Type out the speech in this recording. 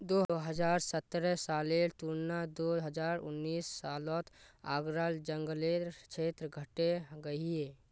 दो हज़ार सतरह सालेर तुलनात दो हज़ार उन्नीस सालोत आग्रार जन्ग्लेर क्षेत्र घटे गहिये